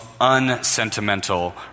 unsentimental